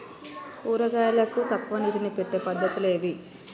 కూరగాయలకు తక్కువ నీటిని పెట్టే పద్దతులు ఏవి?